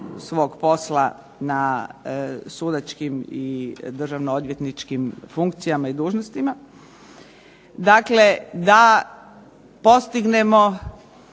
svog posla na sudačkim i državno odvjetničkim funkcijama i dužnostima. Dakle, da postignemo